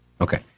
Okay